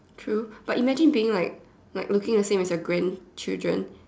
true but imagine being like like looking the same as your grandchildren